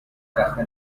caja